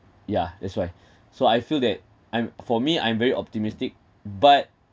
yeah that's why so I feel that I'm for me I'm very optimistic but